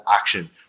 action